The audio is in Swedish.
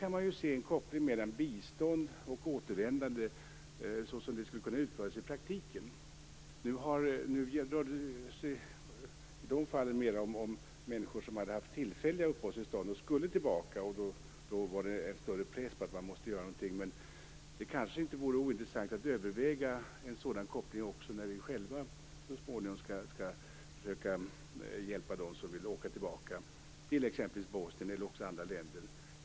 Man kan där se en koppling mellan bistånd och återvändande såsom det skulle kunna utföras i praktiken. Nu rörde det sig i de fallen mer om människor som hade haft tillfälliga uppehållstillstånd och som skulle tillbaka, och det var då en större press på att man måste göra någonting. Det kanske inte vore ointressant att överväga en sådan koppling också när vi själva så småningom skall försöka hjälpa dem som vill åka tillbaka, t.ex. till Bosnien eller till andra länder.